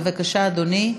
בבקשה, אדוני,